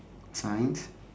science